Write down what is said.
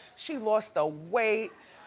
she lost the weight.